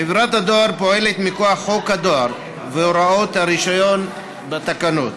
חברת הדואר פועלת מכוח חוק הדואר והוראות הרישיון והתקנות.